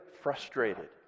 frustrated